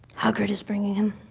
hagrid is bringing him.